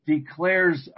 declares